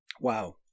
wow